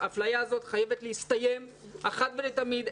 האפליה הזאת חייבת להסתיים אחת ולתמיד.